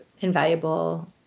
invaluable